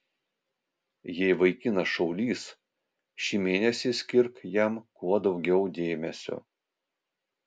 jei vaikinas šaulys šį mėnesį skirk jam kuo daugiau dėmesio